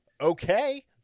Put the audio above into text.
okay